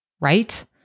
right